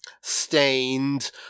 Stained